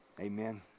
amen